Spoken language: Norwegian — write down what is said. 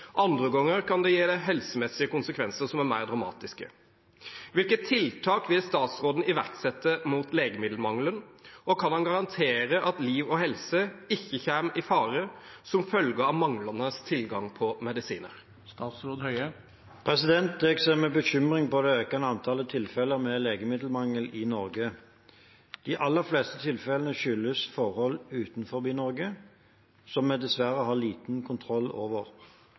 andre ganger kan de helsemessige konsekvensene bli mer dramatiske. Hvilke tiltak vil statsråden iverksette mot legemiddelmangelen, og kan han garantere at liv og helse ikke kommer i fare som følge av manglende tilgang på medisiner?» Jeg ser med bekymring på det økende antallet tilfeller med legemiddelmangel i Norge. De aller fleste tilfellene skyldes forhold utenfor Norge, som vi dessverre har liten kontroll over.